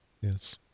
yes